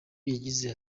yagize